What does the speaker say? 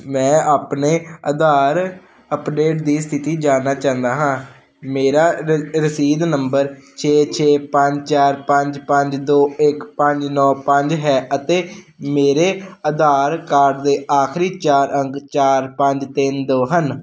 ਮੈਂ ਆਪਣੇ ਆਧਾਰ ਅੱਪਡੇਟ ਦੀ ਸਥਿਤੀ ਜਾਣਨਾ ਚਾਹੁੰਦਾ ਹਾਂ ਮੇਰਾ ਰ ਰਸੀਦ ਨੰਬਰ ਛੇ ਛੇ ਪੰਜ ਚਾਰ ਪੰਜ ਪੰਜ ਦੋ ਇੱਕ ਪੰਜ ਨੌ ਪੰਜ ਹੈ ਅਤੇ ਮੇਰੇ ਆਧਾਰ ਕਾਰਡ ਦੇ ਆਖਰੀ ਚਾਰ ਅੰਕ ਚਾਰ ਪੰਜ ਤਿੰਨ ਦੋ ਹਨ